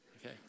okay